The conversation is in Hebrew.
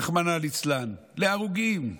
רחמנא ליצלן, להרוגים,